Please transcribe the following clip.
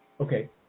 Okay